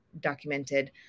documented